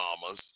mamas